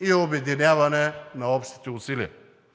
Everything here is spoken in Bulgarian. и обединяване на общите усилия.